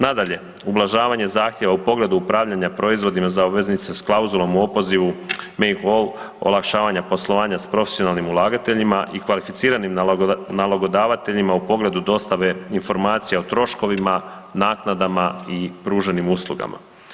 Nadalje, ublažavanje zahtjeva u pogledu upravljanja proizvodima za obveznice s klauzulom u opozovu ... olakšavanje poslovanje s profesionalnim ulagateljima i kvalificiranim nalogodavateljima u pogledu dostave informacija o troškovima, naknadama i pruženim uslugama.